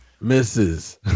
misses